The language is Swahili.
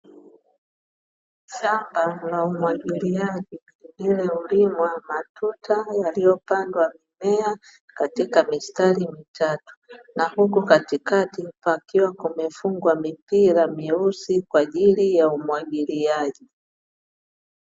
Shamba la umwagiliaji lililo pimwa matuta yaliyo pandwa mimea katika mistari mitatu, na huku katikati pakiwa kumefungwa mipira myeusi kwaajili ya umwagiliaji.